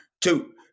two